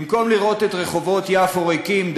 במקום לראות את רחובות יפו ריקים,